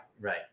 Right